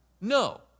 No